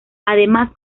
además